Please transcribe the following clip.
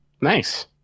Nice